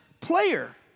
player